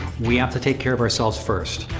we have to take care of ourselves first.